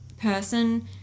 person